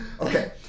Okay